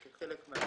וגם כחלק מההבטחה